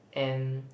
and